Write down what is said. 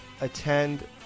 attend